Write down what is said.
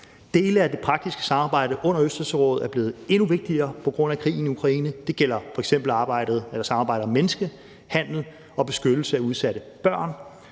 Dele af det praktiske samarbejde under Østersørådet er blevet endnu vigtigere på grund af krigen i Ukraine. Det gælder f.eks. samarbejdet om menneskehandel og beskyttelse af udsatte børn.